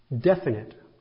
definite